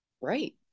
right